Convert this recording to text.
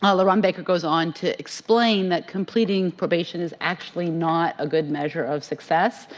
um lauren baker goes on to explain that completing probation is actually not a good measure of success,